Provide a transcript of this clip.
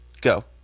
Go